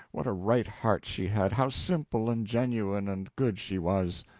what a right heart she had, how simple, and genuine, and good she was!